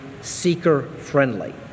seeker-friendly